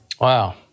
Wow